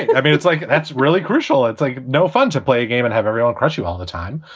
i mean, it's like that's really crucial. it's like no fun to play a game and have a real and crush you all the time.